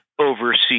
overseas